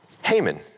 Haman